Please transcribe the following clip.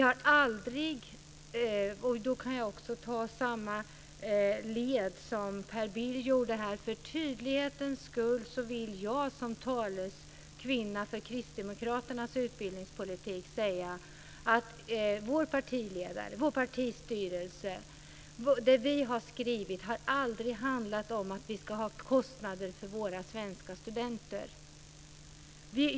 Jag kan säga samma sak som Per Bill gjorde här. För tydlighetens skull vill jag som taleskvinna för kristdemokraternas utbildningspolitik säga att vår partiledare och vår partistyrelse aldrig har sagt och att det vi har skrivit aldrig har handlat om att det ska vara kostnader för våra svenska studenter.